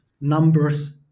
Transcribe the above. numbers